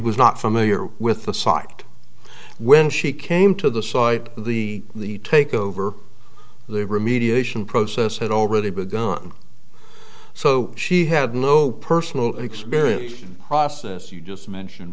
was not familiar with the site when she came to the site the the take over the remediation process had already begun so she had no personal experience process you just mentioned